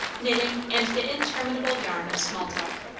knitting and the interminable yarn of small talk.